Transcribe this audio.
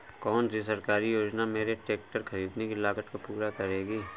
कौन सी सरकारी योजना मेरे ट्रैक्टर ख़रीदने की लागत को पूरा करेगी?